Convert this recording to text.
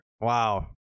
Wow